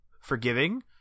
forgiving